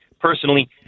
personally